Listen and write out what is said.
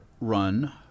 run